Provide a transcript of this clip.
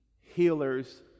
healers